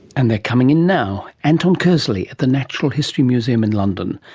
and they are coming in now. anton kearsley at the natural history museum in london.